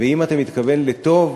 ואם אתה מתכוון לטוב,